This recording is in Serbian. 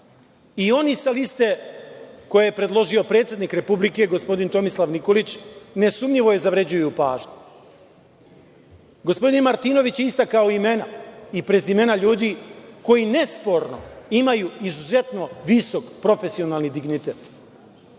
i oni sa liste koje je predložio predsednik Republike, gospodin Tomislav Nikolić, nesumnjivo zavređuju pažnju. Gospodin Martinović je istakao imena i prezimena ljudi koji nesporno imaju izuzetno visok profesionalni dignitet